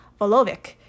Volovic